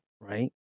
right